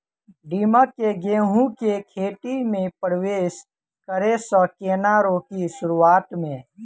दीमक केँ गेंहूँ केँ खेती मे परवेश करै सँ केना रोकि शुरुआत में?